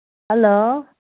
hello